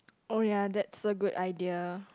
oh ya that's a good idea